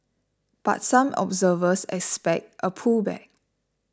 but some observers expect a pullback